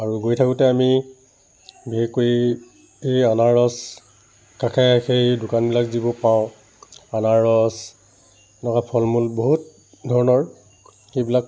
আৰু গৈ থাকোঁতে আমি বিশেষকৰি এই আনাৰস কাষে কাষে এই দোকানবিলাক যে পাওঁ আনাৰস এনেকুৱা ফল মূল বহুত ধৰণৰ এইবিলাক